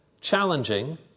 challenging